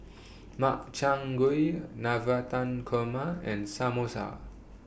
Makchang Gui Navratan Korma and Samosa